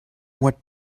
what